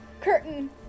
Curtain